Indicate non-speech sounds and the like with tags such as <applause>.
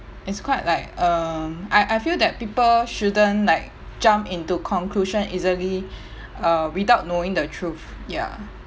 it's quite like um I I feel that people shouldn't like jump into conclusion easily <breath> uh without knowing the truth ya